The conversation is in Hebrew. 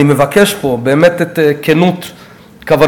אני מבקש פה גם את כנות כוונותיכם,